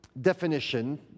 definition